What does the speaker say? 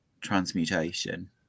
transmutation